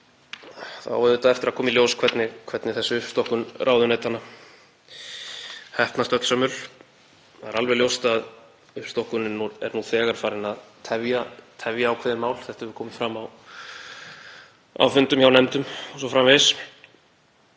á auðvitað eftir að koma í ljós hvernig þessi uppstokkun ráðuneytanna heppnast öllsömul. Það er alveg ljóst að uppstokkunin er nú þegar farin að tefja ákveðin mál. Þetta hefur komið fram á fundum hjá nefndum o.s.frv.